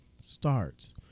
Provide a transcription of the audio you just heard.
starts